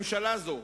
ממשלה זו,